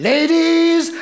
Ladies